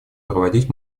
проводить